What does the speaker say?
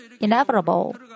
inevitable